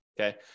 okay